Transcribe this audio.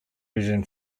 vision